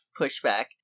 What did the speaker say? pushback